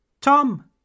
Tom